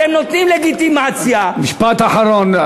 אתם נותנים לגיטימציה, משפט אחרון.